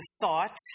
thought